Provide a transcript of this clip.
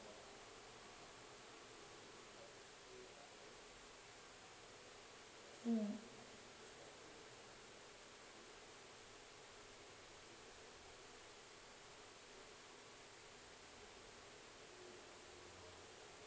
mm